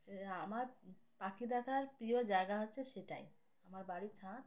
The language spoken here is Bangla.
সে আমার পাখি দেখার প্রিয় জায়গা হচ্ছে সেটাই আমার বাড়ির ছাদ